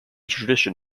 tradition